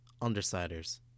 undersiders